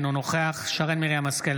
אינו נוכח שרן מרים השכל,